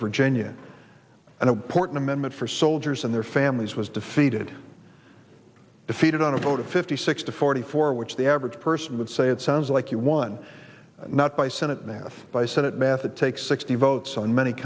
virginia and important amendment for soldiers and their families was defeated defeated on a vote of fifty six to forty four which the average person would say it sounds like you won not by senate math by senate math it takes sixty votes on many